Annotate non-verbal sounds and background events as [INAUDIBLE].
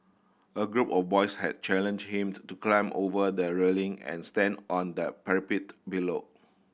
a group of boys had challenged him [UNINTELLIGIBLE] to climb over the railing and stand on the parapet below